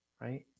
right